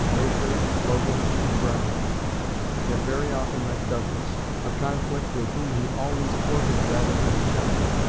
baker, logan, and browning and had very often met douglas, a conflict with whom he always courted rather than shunned.